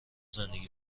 زندگی